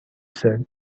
said